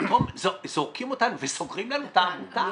ופתאום זורקים אותנו וסוגרים לנו את העמותה.